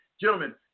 Gentlemen